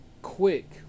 quick